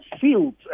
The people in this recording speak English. fields